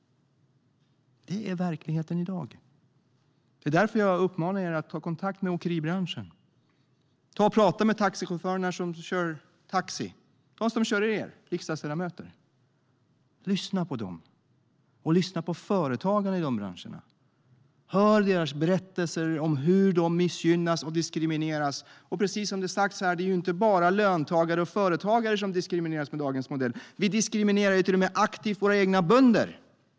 Det är verkligheten i dag. Det är därför jag uppmanar er ledamöter att ta kontakt med åkeribranschen. Prata med taxichaufförerna som kör taxi, de som kör er riksdagsledamöter! Lyssna på dem, och lyssna på företagarna i de branscherna! Hör deras berättelser om hur de missgynnas och diskrimineras! Precis som har sagts här är det inte bara löntagare och företagare som diskrimineras med dagens modell; vi diskriminerar till och med våra egna bönder aktivt.